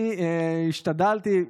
אני השתדלתי,